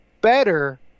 better